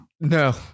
No